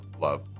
love